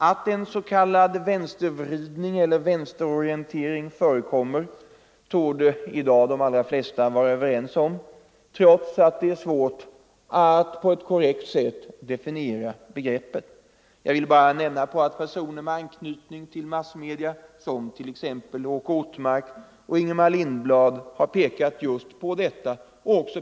Att en vänstervridning eller vänsterorientering förekommer torde i dag de allra flesta vara överens om, trots att det är svårt att på ett enkelt sätt definiera begreppet. Jag vill bara nämna att t.ex. personer med anknytning till massmedierna som Åke Ortmark och Ingemar Lindblad har pekat på detta.